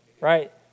right